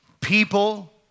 People